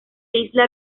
isla